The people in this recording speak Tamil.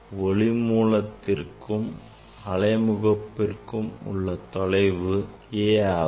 ஒளி மூலத்திற்கும் அலை முகப்புக்கும் உள்ள தொலைவு a ஆகும்